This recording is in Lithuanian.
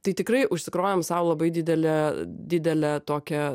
tai tikrai užsikrovėm sau labai didelę didelę tokią